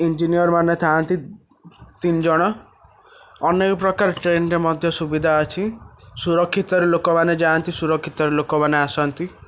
engineer ମାନେ ଥାନ୍ତି ତିନିଜଣ ଅନେକପ୍ରକାର ଟ୍ରେନ୍ ରେ ମଧ୍ୟ ସୁବିଧା ଅଛି ସୁରକ୍ଷିତରେ ଲୋକମାନେ ଯାଆନ୍ତି ସୁରକ୍ଷିତରେ ଲୋକମାନେ ଆସନ୍ତି